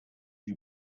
you